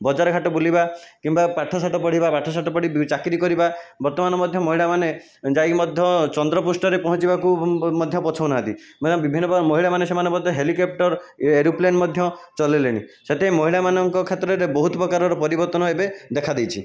ବଜାର ଘାଟ ବୁଲିବା କିମ୍ବା ପାଠ ସାଠ ପଢ଼ିବା ପାଠ ସାଠ ପଢ଼ିକି ଚାକିରି କରିବା ବର୍ତ୍ତମାନ ମଧ୍ୟ ମହିଳାମାନେ ଯାଇକି ମଧ୍ୟ ଚନ୍ଦ୍ରପୃଷ୍ଠରେ ପହଁଞ୍ଚିବାକୁ ମଧ୍ୟ ପଛଉନାହାନ୍ତି ମାନେ ବିଭିନ୍ନ ପ୍ରକାର ମହିଳାମାନେ ସେମାନେ ମଧ୍ୟ ହେଲିକ୍ୟାପ୍ଟର ଏରୋପ୍ଲେନ ମଧ୍ୟ ଚଲେଇଲେଣି ସେଥିପାଇଁ ମହିଳାମାନଙ୍କ କ୍ଷେତ୍ରରେ ବହୁତ ପ୍ରକାରର ପରିବର୍ତ୍ତନ ଏବେ ଦେଖାଦେଇଛି